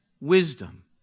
wisdom